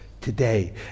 today